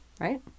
right